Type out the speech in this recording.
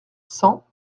cent